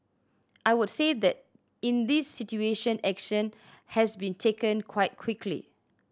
I would say that in this situation action has been taken quite quickly